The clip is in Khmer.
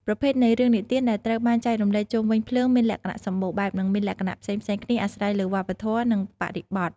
ប្រភេទនៃរឿងនិទានដែលត្រូវបានចែករំលែកជុំវិញភ្លើងមានលក្ខណៈសម្បូរបែប និងមានលក្ខណៈផ្សេងៗគ្នាអាស្រ័យលើវប្បធម៌ និងបរិបទ។